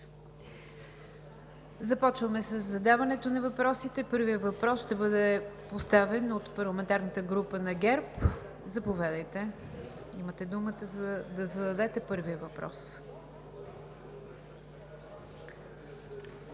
Започваме със задаването на въпросите. Първият въпрос ще бъде поставен от парламентарната група на ГЕРБ. Господин Ташков, имате думата да зададете първия въпрос